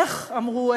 איך אמרו?